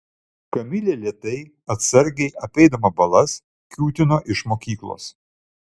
kamilė lėtai atsargiai apeidama balas kiūtino iš mokyklos